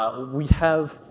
ah we have